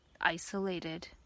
isolated